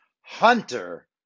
Hunter